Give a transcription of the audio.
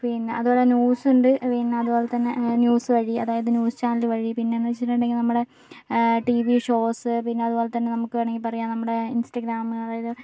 പിന്നെ അതുപോലെ ന്യൂസ് ഉണ്ട് പിന്നെ അതുപോലെ തന്നെ ന്യൂസ് വഴി അതായത് ന്യൂസ് ചാനൽ വഴി പിന്നെ എന്നു വെച്ചിട്ടുണ്ടെങ്കിൽ നമ്മുടെ ടിവി ഷോസ് പിന്നെ അതുപോലെ തന്നെ നമുക്ക് വേണമെങ്കിൽ പറയാം നമ്മുടെ ഇൻസ്റ്റാഗ്രാം അതായത്